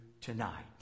tonight